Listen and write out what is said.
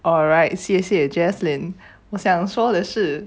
alright 谢谢 jaslyn 我想说的是